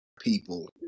people